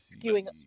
skewing